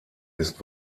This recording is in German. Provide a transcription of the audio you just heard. ist